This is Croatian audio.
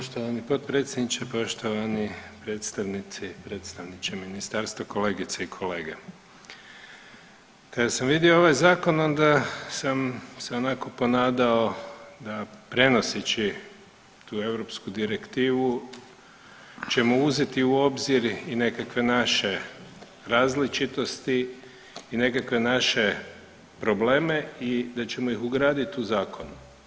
Poštovani potpredsjedniče, poštovani predstavnici, predstavniče ministarstva, kolegice i kolege, kada sam vidio ovaj zakon onda sam se onako ponadao da prenoseći tu europsku direktivu ćemo uzeti u obzir i nekakve naše različitosti i nekakve naše probleme i da ćemo ih ugraditi u zakon.